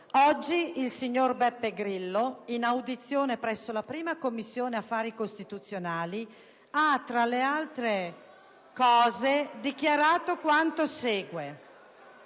oggi il signor Beppe Grillo, in audizione presso la 1a Commissione affari costituzionali, tra le altre affermazioni, ha dichiarato quanto segue.